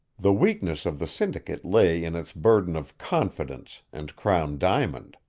the weakness of the syndicate lay in its burden of confidence and crown diamond.